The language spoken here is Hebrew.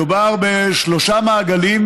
מדובר בשלושה מעגלים,